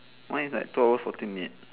mine is like two hours forty minutes